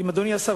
אדוני השר